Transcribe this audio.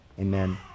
Amen